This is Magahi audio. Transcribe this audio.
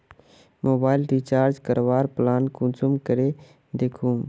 मोबाईल रिचार्ज करवार प्लान कुंसम करे दखुम?